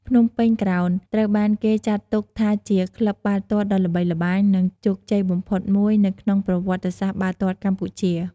ភ្នំពេញក្រោនត្រូវបានគេចាត់ទុកថាជាក្លឹបបាល់ទាត់ដ៏ល្បីល្បាញ និងជោគជ័យបំផុតមួយនៅក្នុងប្រវត្តិសាស្ត្របាល់ទាត់កម្ពុជា។